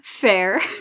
Fair